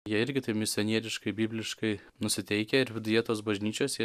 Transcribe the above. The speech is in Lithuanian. jie irgi taip misionieriškai bibliškai nusiteikę ir viduje tos bažnyčios jie